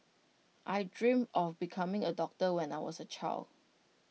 I dreamt of becoming A doctor when I was A child